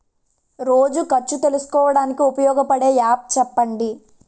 రోజు ఖర్చు తెలుసుకోవడానికి ఉపయోగపడే యాప్ చెప్పండీ?